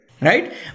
right